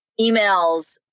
emails